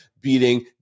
beating